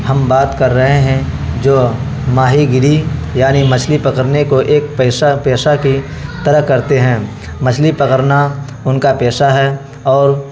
ہم بات کر رہے ہیں جو ماہی گیری یعنی مچھلی پکڑنے کو ایک پیشہ پیشہ کی طرح کرتے ہیں مچھلی پکڑنا ان کا پیشہ ہے اور